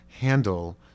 handle